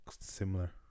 similar